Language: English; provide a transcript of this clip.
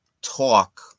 talk